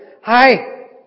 hi